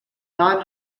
non